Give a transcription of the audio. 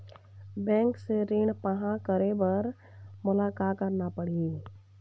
Bank से ऋण पाहां करे बर मोला का करना पड़ही?